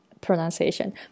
pronunciation